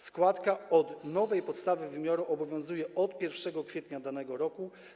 Składka od nowej podstawy wymiaru obowiązuje od 1 kwietnia danego roku.